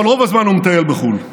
אבל רוב הזמן הוא מטייל בחו"ל.